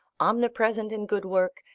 omnipresent in good work,